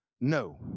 no